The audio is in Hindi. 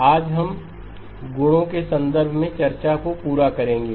आज हम गुणों के संदर्भ में चर्चा को पूरा करेंगे